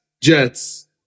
Jets